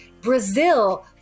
Brazil